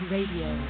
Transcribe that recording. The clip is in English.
Radio